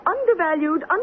undervalued